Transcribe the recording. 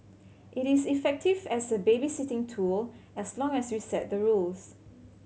it is effective as a babysitting tool as long as we set the rules